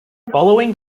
following